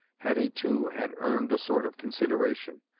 hetty, too, had earned a sort of consideration,